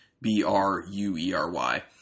B-R-U-E-R-Y